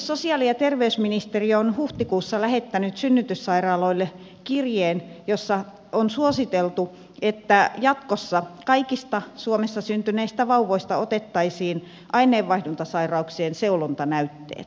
sosiaali ja terveysministeriö on huhtikuussa lähettänyt synnytyssairaaloille kirjeen jossa on suositeltu että jatkossa kaikista suomessa syntyneistä vauvoista otettaisiin aineenvaihduntasairauksien seulontanäytteet